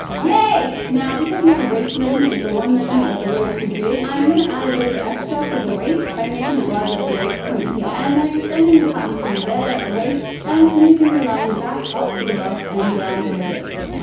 yay! now, because my waist measurement is the one measurement that's a little too big, i'm gonna add a bit of extra to the waist by making it larger at the waist point here and then extending the pattern to there at the waist and smoothing the line back up to the bust and down to the hips.